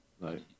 right